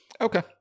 okay